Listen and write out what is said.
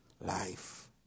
life